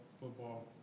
football